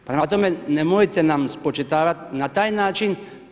Prema tome, nemojte nam spočitavat na taj način.